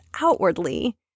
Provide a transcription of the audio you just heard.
outwardly